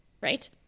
right